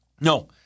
No